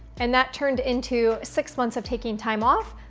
and that turned into six months of taking time off,